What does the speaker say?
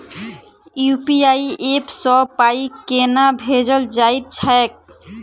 UPI app सँ पाई केना भेजल जाइत छैक?